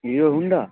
Hero Honda